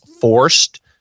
forced